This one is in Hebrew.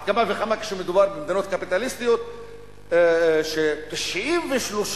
על אחת כמה וכמה כשמדובר במדינות קפיטליסטיות,